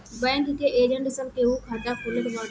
bank के agent सब केहू के खाता खोलत बाटे